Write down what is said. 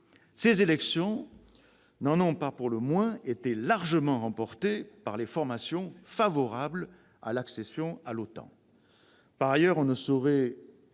Ces élections n'en ont pas moins été largement remportées par des formations favorables à l'accession à l'OTAN.